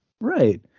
Right